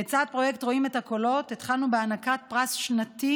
לצד הפרויקט "רואים את הקולות" התחלנו בהענקת פרס שנתי,